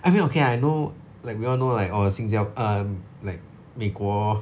I mean okay I know like we all know like oh 新加 um like 美国